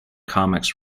comics